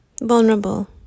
vulnerable